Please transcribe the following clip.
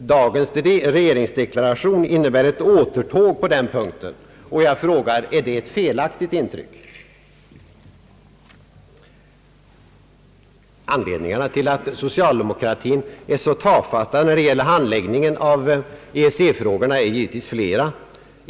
dagens regeringsdeklaration innebär ett återtåg på den punkten, och jag frågar: Är det ett felaktigt intryck? Anledningarna till att socialdemokratin är så tafatt när det gäller handläggningen av EEC-frågorna är givetvis fle ra.